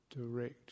direct